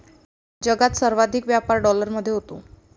जगात सर्वाधिक व्यापार डॉलरमध्ये होतो